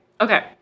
Okay